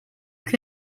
que